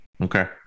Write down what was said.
Okay